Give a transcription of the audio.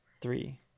three